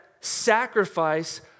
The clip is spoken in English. sacrifice